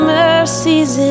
mercies